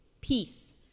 peace